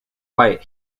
white